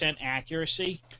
accuracy